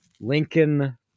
Lincoln